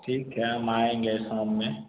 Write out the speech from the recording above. ठीक है हम आएँगे शाम में